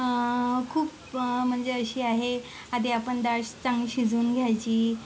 खूप म्हणजे अशी आहे आधी आपण डाळ शी चांगली शिजवून घ्यायची